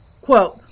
quote